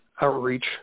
outreach